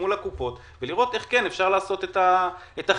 והקופות איך אפשר לעשות את החיבור,